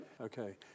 Okay